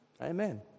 Amen